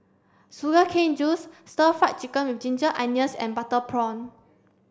sugar cane juice stir fry chicken with ginger onions and butter prawn